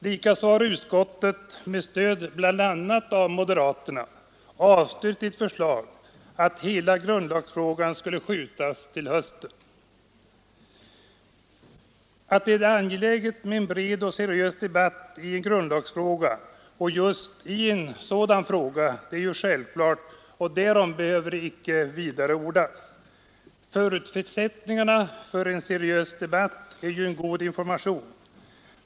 Likaså har utskottet, med stöd bl.a. av moderaterna, avstyrkt förslag att hela Att det är angeläget med en bred och seriös debatt i grundlagsfrågor — och just i en sådan fråga som det här gäller — är självklart, och därom behöver icke vidare ordas. Förutsättningen för seriös debatt är ju en god information.